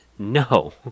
No